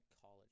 college